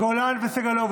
חברת הכנסת פינטו,